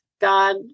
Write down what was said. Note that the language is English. God